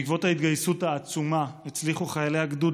בעקבות ההתגייסות העצומה הצליחו חיילי הגדוד